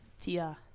Tia